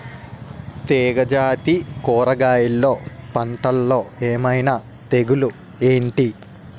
తీగ జాతి కూరగయల్లో పంటలు ఏమైన తెగులు ఏంటి?